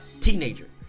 teenager